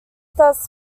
thus